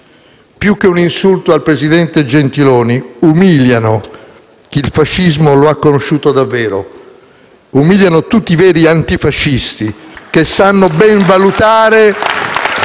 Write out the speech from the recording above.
Lo dico molto seriamente ai parlamentari dell'opposizione che usano questo linguaggio. Ma come intendete il dibattito politico in Parlamento?